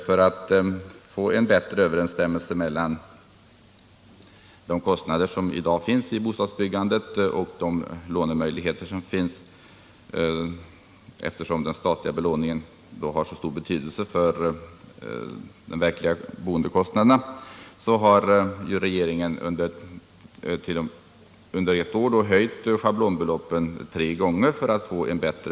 För att få en bättre överensstämmelse mellan kostnaderna i bostadsbyggandet och lånemöjligheterna — eftersom den statliga belåningen har så stor betydelse för de verkliga boendekostnaderna — har regeringen under ett år höjt schablonbeloppen tre gånger.